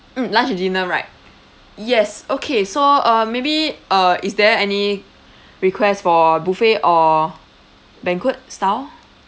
mm lunch dinner right yes okay so uh maybe uh is there any request for buffet or banquet style